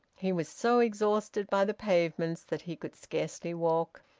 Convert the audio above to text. he was so exhausted by the pavements that he could scarcely walk.